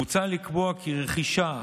מוצע לקבוע כי רכישה,